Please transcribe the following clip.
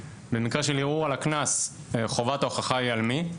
במקרה של ערעור על הקנס, חובת ההוכחה היא על מי?